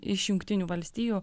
iš jungtinių valstijų